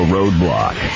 Roadblock